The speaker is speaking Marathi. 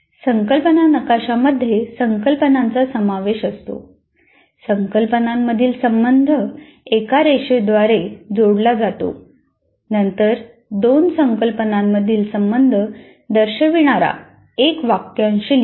संकल्पना नकाशामध्ये संकल्पनांचा समावेश असतो संकल्पनामधील संबंध एका रेषेद्वारे जोडला जातो नंतर दोन संकल्पनांमधील संबंध दर्शविणारा एक वाक्यांश लिहा